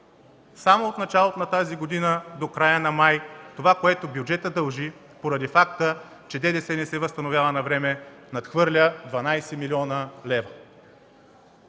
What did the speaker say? Само от началото на тази година до края на месец май това, което дължи бюджетът, поради факта че ДДС не се възстановява навреме, надхвърля 12 млн. лв.